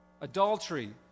adultery